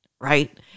right